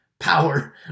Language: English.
power